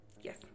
Yes